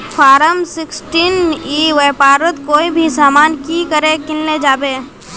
Form sixteen ई व्यापारोत कोई भी सामान की करे किनले जाबे?